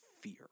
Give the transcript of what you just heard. fear